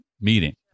meeting